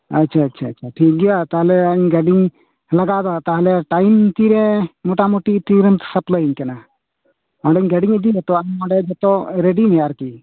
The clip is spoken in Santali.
ᱟᱪᱷᱟ ᱟᱪᱷᱟ ᱟᱪᱷᱟ ᱴᱷᱤᱠᱜᱮᱭᱟ ᱛᱟᱦᱮᱞᱮᱧ ᱜᱟ ᱰᱤᱧ ᱞᱟᱜᱟᱣᱫᱟ ᱛᱟᱦᱮᱞᱮ ᱴᱟᱭᱤᱢ ᱛᱤᱨᱮ ᱢᱚᱴᱟ ᱢᱚᱴᱤ ᱛᱤᱨᱮᱢ ᱥᱟ ᱯᱞᱟ ᱭ ᱤᱧ ᱠᱟᱱᱟ ᱚᱸᱰᱮᱧ ᱜᱟ ᱰᱤᱧ ᱤᱫᱤᱭᱟᱛᱚ ᱟᱢ ᱱᱚᱰᱮ ᱡᱚᱛᱚ ᱨᱮᱰᱤᱭ ᱢᱮ ᱟᱨ ᱠᱤ